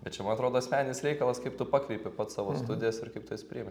bet čia man atrodo asmeninis reikalas kaip tu pakreipi pats savo studijas ir kaip tu jas priimi